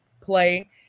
play